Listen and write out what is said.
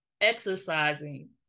exercising